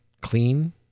clean